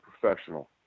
professional